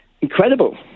incredible